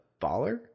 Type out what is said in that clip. baller